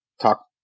talk